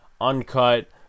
uncut